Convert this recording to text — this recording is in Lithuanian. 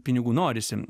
pinigų norisi